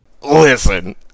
Listen